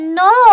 no